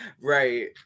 Right